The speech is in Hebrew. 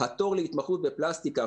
התור להתמחות בפלסטיקה,